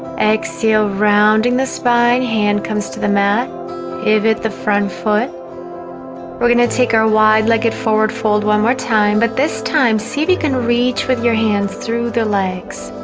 exhale rounding the spine hand comes to the mat give it the front foot we're gonna take our wide legged forward fold one more time, but this time see if you can reach with your hands through the legs